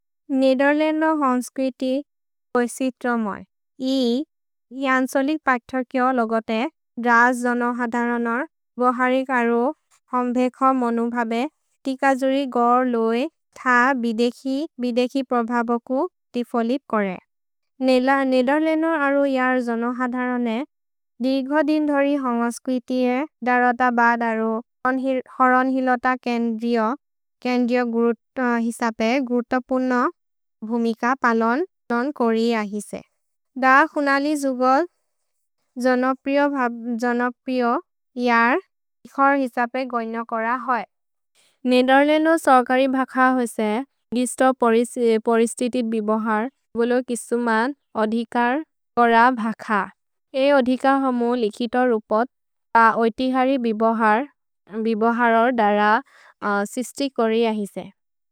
नेदेर्लन्दो हन्स्क्रिति ओएसित्रमर्। इ जन्सोलिक् पग्तर्किअ लोगते, रास् जोनोहधरनर् बहरिक् अरो हन्भेख मनुभबे तिकजुरि गौर् लोएक् थ बिदेखि बिदेखि प्रभवकु तिफोलिप् कोरे। नेदेर्लन्दो अरो जर् जोनोहधरने दिर्घदिन् धोरि हन्स्क्रिति ए दरत बद् हरन्हिलोत केन्द्रिओ ग्रुत् हेसपे ग्रुतोपुन्नो भुमिक पलोन् जोन् कोरि अहिसे। द खुनलिजुगोल् जोनोप्रिओ जर् इखर् हेसपे गैन कोर होइ। नेदेर्लन्दो सौकरि भख ओएसे गिस्तो परिस्तितित् बिबोहर् बोलो किसुमन् अधिकर् कोर भख। ए अधिकर् होमु लिकितो रुपत् त ओएतिहरि बिबोहर् बिबोहरोर् दर सिस्ति कोरि अहिसे।